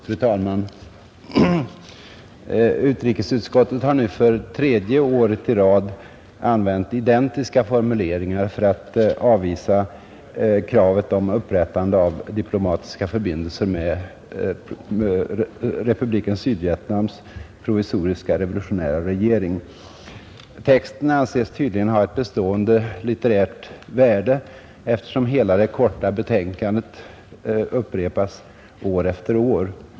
Fru talman! Utrikesutskottet har nu för tredje året i rad använt identiska formuleringar för att avvisa kravet om upprättande av diplomatiska förbindelser med Republiken Sydvietnams provisoriska revolutionära regering. Texten anses tydligen ha ett bestående litterärt värde, eftersom hela det korta betänkandet upprepas år efter år.